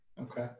Okay